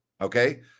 okay